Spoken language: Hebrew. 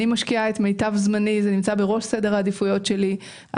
אני משקיעה את מיטב זמני וזה נמצא בראש סדר העדיפויות שלי.